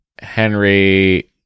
Henry